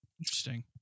Interesting